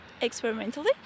experimentally